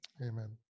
Amen